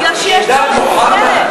מפני שהיא עכשיו מבודלת,